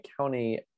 county